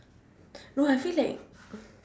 no I feel like